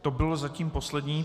To bylo zatím poslední.